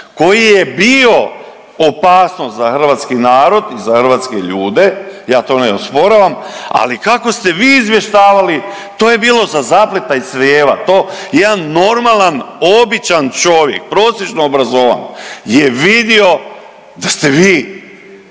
koji je bio opasnost za hrvatski narod i za hrvatske ljude, ja to ne osporavam ali kako ste vi izvještavali to je bilo za zapletaj crijeva, to jedan normalan običan čovjek prosječno obrazovan je vidio da ste vi